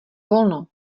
volno